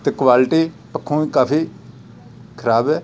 ਅਤੇ ਕੁਆਲਿਟੀ ਪੱਖੋਂ ਕਾਫ਼ੀ ਖਰਾਬ ਆ